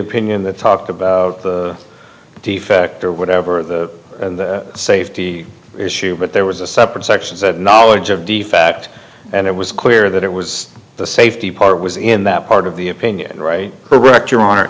opinion that talked about the defect or whatever the safety issue but there was a separate section that knowledge of the fact and it was clear that it was the safety part was in that part of the opinion right there wrecked your honor